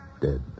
Dead